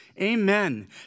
Amen